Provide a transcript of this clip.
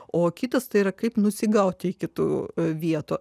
o kitas tai yra kaip nusigauti iki tų vietų